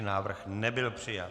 Návrh nebyl přijat.